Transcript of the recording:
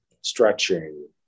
stretching